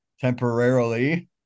temporarily